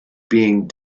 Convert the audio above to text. being